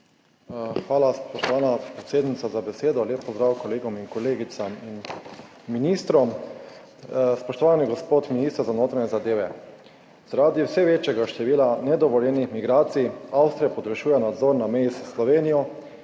Hvala, spoštovana predsednica, za besedo. Lep pozdrav kolegom in kolegicam in ministrom! Spoštovani gospod minister za notranje zadeve, zaradi vse večjega števila nedovoljenih migracij Avstrija podaljšuje nadzor na meji s Slovenijo.